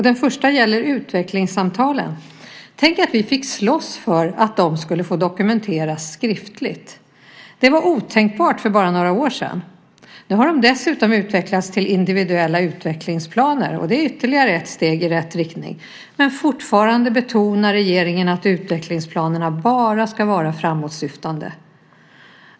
Den första gäller utvecklingssamtalen. Tänk att vi fick slåss för att de skulle få dokumenteras skriftligt. Det var otänkbart för bara några år sedan. Nu har de dessutom utvecklats till individuella utvecklingsplaner. Det är ytterligare ett steg i rätt riktning. Men fortfarande betonar regeringen att utvecklingsplanerna bara ska vara framåtsyftande.